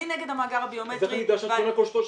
היום?